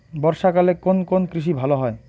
বর্ষা কালে কোন কোন কৃষি ভালো হয়?